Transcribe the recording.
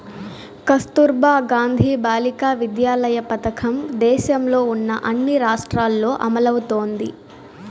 కస్తుర్బా గాంధీ బాలికా విద్యాలయ పథకం దేశంలో ఉన్న అన్ని రాష్ట్రాల్లో అమలవుతోంది